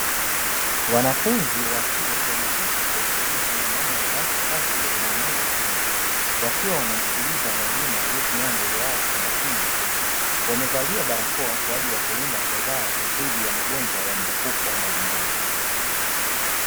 Wanafunzi wa chuo, wameketi kwa utulivu ndani ya darasa safi lenye mwanga kutosha, wakiwa wanamsikiliza mwalimu aliyesimama mbele yao kwa umakini mkubwa. Wamevalia barakoa kwa ajili ya kulinda afya zao dhidi ya magonjwa ya mlipuko mbalimbali.